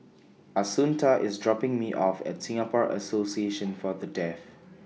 Assunta IS dropping Me off At Singapore Association For The Deaf